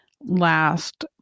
last